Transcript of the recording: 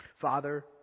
Father